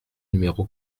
numéro